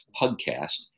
podcast